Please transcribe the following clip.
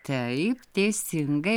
taip teisingai